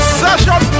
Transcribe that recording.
session